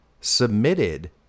submitted